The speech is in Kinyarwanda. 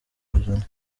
ijana